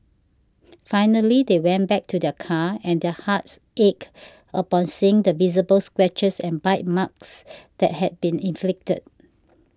finally they went back to their car and their hearts ached upon seeing the visible scratches and bite marks that had been inflicted